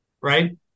right